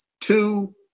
two –